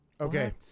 okay